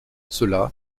cela